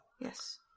Yes